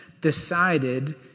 decided